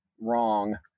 wrong